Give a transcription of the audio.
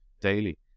daily